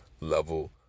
level